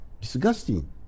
disgusting